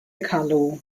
carlo